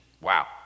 Wow